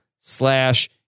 slash